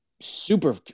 super